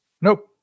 Nope